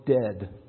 dead